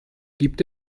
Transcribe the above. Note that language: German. gibt